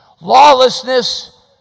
lawlessness